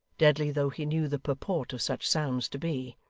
deadly though he knew the purport of such sounds to be.